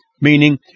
meaning